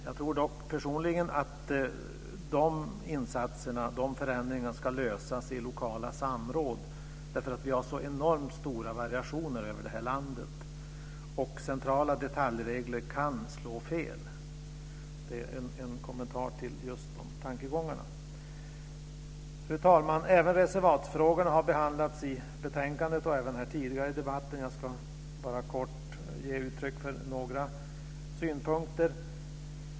Jag tror dock personligen att de insatserna, de förändringarna, ska lösas i lokala samråd. Vi har nämligen så enormt stora variationer över landet, och centrala detaljregler kan slå fel. Det är en kommentar till just de tankegångarna. Fru talman! Även reservatsfrågorna har behandlats i betänkandet och även tidigare i debatten här. Jag ska bara kort ge uttryck för några synpunkter.